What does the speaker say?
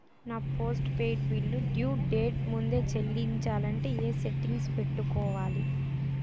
నా postpaid bill due date ముందే చెల్లించాలంటే ఎ సెట్టింగ్స్ పెట్టుకోవాలి?